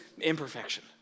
imperfection